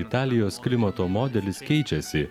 italijos klimato modelis keičiasi